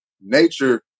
Nature